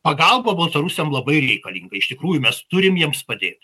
pagalba baltarusiam labai reikalinga iš tikrųjų mes turim jiems padėt